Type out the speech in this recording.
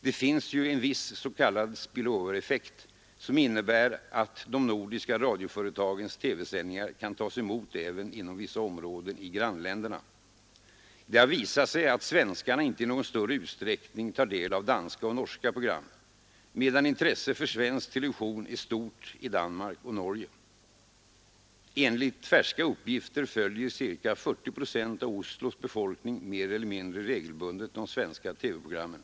Det finns en s.k. spill-over-effekt som innebär att de nordiska radioföretagens TV-sändningar kan tas emot även inom vissa områden i grannländerna. Det har visat sig att svenskarna inte i någon större utsträckning tar del av danska och norska program, medan intresset för svensk TV är stort i Danmark och Norge. Enligt färska uppgifter följer ca 40 procent av Oslos befolkning mer eller mindre regelbundet de svenska TV-programmen.